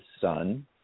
son